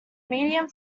medium